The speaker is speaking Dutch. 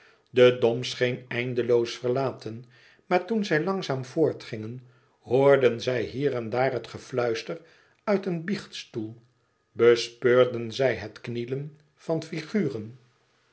de dom scheen eindeloos verlaten maar toen zij langzaam voortgingen hoorden zij hier en daar het gefluister uit een biechtstoel bespeurden zij het knielen van figuren